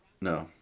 No